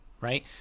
right